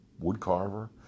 woodcarver